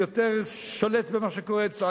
מי יותר שולט במה שקורה אצלו,